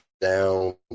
down